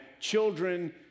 children